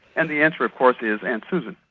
and the answer of course is aunt susan.